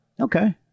Okay